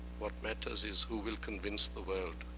what matters is who will convince the world.